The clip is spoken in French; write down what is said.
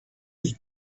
est